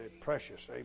precious